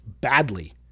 badly